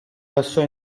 passò